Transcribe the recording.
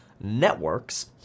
networks